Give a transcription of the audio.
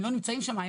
הם לא נמצאים שם.